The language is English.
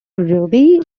ruby